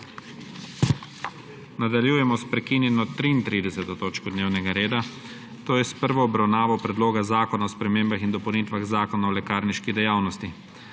Nadaljujemo s prekinjeno 33. točko dnevnega reda, to je s prvo obravnavo Predloga zakona o spremembah in dopolnitvah Zakona o lekarniški dejavnosti.